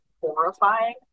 horrifying